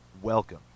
Welcome